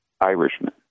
Irishmen